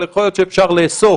אבל יכול להיות שאפשר לאסוף,